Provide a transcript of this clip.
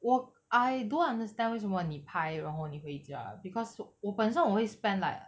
我 I don't understand 为什么你拍然后你回家 because 我本身我会 spend like